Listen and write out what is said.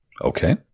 Okay